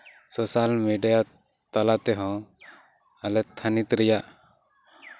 social media ᱛᱟᱞᱟ ᱛᱮᱦᱚᱸ ᱟᱞᱮ ᱛᱷᱟᱱᱤᱛ ᱨᱮᱭᱟᱜ